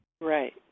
Right